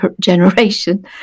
generation